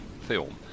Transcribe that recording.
film